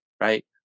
right